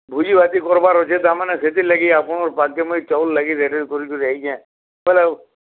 ଭୁଜି ଭାତ୍ ଟିକେ କର୍ବାର୍ ଅଛି ତା' ମାନେ ସେଥିର୍ଲାଗି ଆପଣଙ୍କୁ ପାଖ୍କେ ମୁଇଁ ଚଉଲ୍ ଲାଗି ରେଟ୍ ରୁଟା କରି କରି ଆଇଚେ